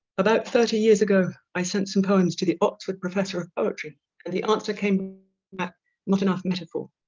about thirty years ago i sent some poems to the oxford professor of poetry and the answer came not enough metaphor.